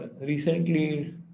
recently